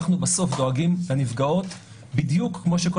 אנחנו בסוף דואגים לנפגעות בדיוק כמו שכל